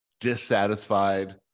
dissatisfied